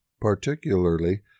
particularly